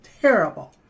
terrible